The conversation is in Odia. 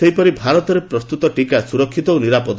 ସେହିପରି ଭାରତରେ ପ୍ରସ୍ତତ ଟିକା ସୁରକ୍ଷିତ ଓ ନିରାପଦ